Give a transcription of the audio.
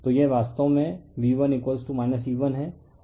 तो यह वास्तव में V1 E1 है